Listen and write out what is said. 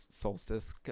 Solstice